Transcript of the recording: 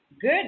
Good